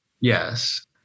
Yes